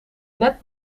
net